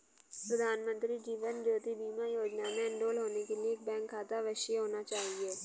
प्रधानमंत्री जीवन ज्योति बीमा योजना में एनरोल होने के लिए एक बैंक खाता अवश्य होना चाहिए